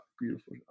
Beautiful